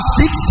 six